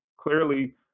clearly